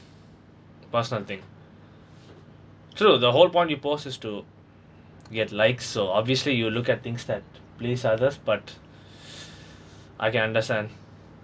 personal thing true the whole point you post is to get likes so obviously you look at things that please others but I can understand